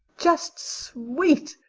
just sweet.